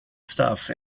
stuff